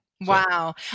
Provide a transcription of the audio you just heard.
Wow